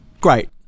Great